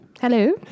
Hello